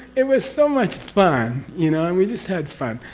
it was so much fun, you know? and we just had fun.